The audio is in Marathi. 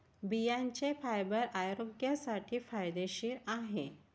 बियांचे फायबर आरोग्यासाठी फायदेशीर आहे